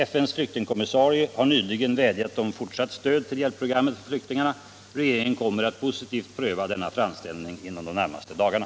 FN:s flyktingkommissarie har nyligen vädjat om fortsatt stöd till hjälpprogrammet för flyktingarna. Regeringen kommer att positivt pröva denna framställning inom de närmaste dagarna.